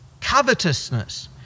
Covetousness